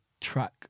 track